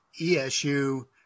ESU